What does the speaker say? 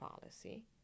policy